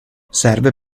serve